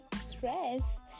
stress